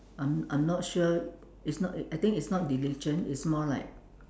I'm I'm not sure it's not I think it's not diligent it's more like